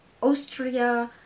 Austria